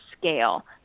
scale